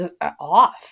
off